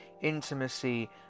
intimacy